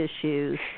issues